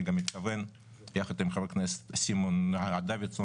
אני גם מתכוון יחד עם חבר הכנסת סימון דוידסון